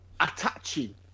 attaching